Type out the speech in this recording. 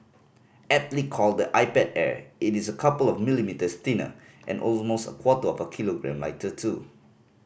aptly called the iPad Air it is a couple of millimetres thinner and almost a quarter of a kilogram lighter too